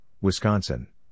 Wisconsin